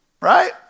right